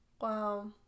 Wow